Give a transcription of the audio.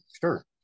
sure